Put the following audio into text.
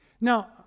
Now